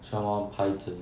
什么牌子